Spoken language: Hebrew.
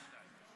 והבקעה,